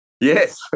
yes